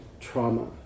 trauma